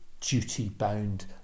duty-bound